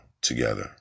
together